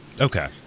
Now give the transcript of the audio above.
Okay